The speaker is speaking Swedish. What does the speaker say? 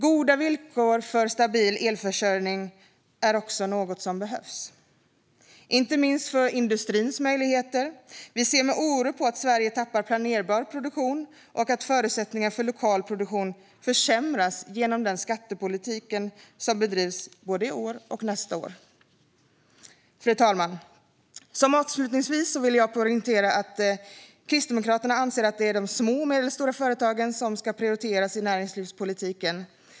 Goda villkor för stabil elförsörjning är också något som behövs, inte minst för industrins möjligheter. Vi ser med oro på att Sverige tappar planerbar produktion och att förutsättningar för lokal produktion försämras genom den skattepolitik som bedrivs både i år och nästa år. Fru talman! Som avslutning vill jag poängtera att Kristdemokraterna anser att det är de små och medelstora företagen som ska prioriteras i näringslivspolitiken.